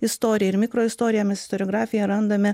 istorija ir mikroistorija mes istoriografiją randame